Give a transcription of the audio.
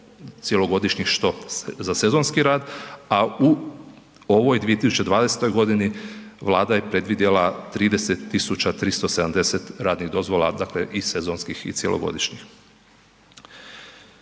cjelogodišnjih, što za sezonski rad, a u ovoj 2020. godini Vlada je predvidjela 30.370 radnih dozvola, dakle i sezonskih i cjelogodišnjih.